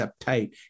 uptight